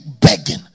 begging